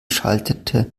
schaltete